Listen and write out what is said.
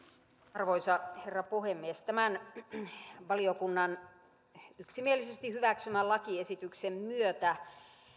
arvoisa herra puhemies tämän valiokunnan yksimielisesti hyväksymän lakiesityksen myötä